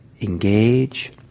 engage